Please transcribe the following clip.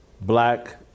black